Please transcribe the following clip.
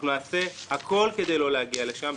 אנחנו נעשה הכול כדי לא להגיע לשם,